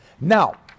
Now